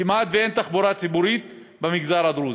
כמעט שאין תחבורה ציבורית במגזר הדרוזי.